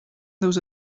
those